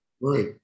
Right